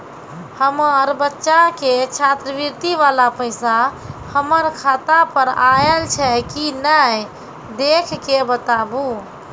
हमार बच्चा के छात्रवृत्ति वाला पैसा हमर खाता पर आयल छै कि नैय देख के बताबू?